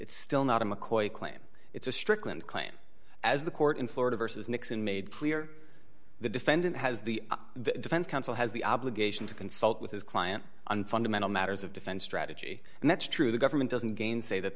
it's still not a mccoy claim it's a strickland claim as the court in florida versus nixon made clear the defendant has the defense counsel has the obligation to consult with his client on fundamental matters of defense strategy and that's true the government doesn't gain say that